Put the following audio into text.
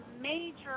major